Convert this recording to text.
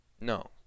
No